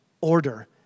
order